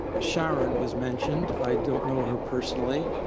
sharon was mentioned. i don't know her personally.